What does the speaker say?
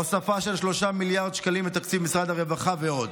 הוספה של 3 מיליארד שקלים לתקציב משרד הרווחה ועוד.